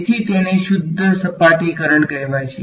તેથી તેને શુદ્ધ સપાટી કરંટ કહેવાય છે